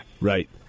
Right